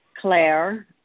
Claire